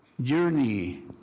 journey